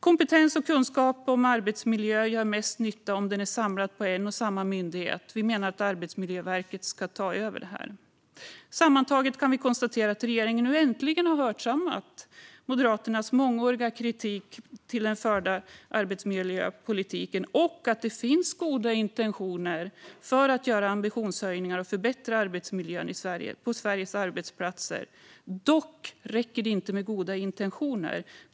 Kompetens och kunskap om arbetsmiljö gör mest nytta om den är samlad på en och samma myndighet. Vi menar att Arbetsmiljöverket ska ta över detta. Sammantaget kan vi konstatera att regeringen nu äntligen har hörsammat Moderaternas mångåriga kritik mot den förda arbetsmiljöpolitiken och att det finns goda intentioner att göra ambitionshöjningar och förbättra arbetsmiljön på Sveriges arbetsplatser. Dock räcker det inte med goda intentioner.